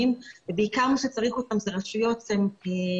ובעיקר מי שצריך אותן זה רשויות --- חלשות?